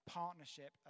partnership